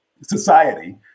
society